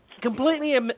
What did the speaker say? completely